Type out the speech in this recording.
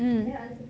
mm